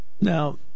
Now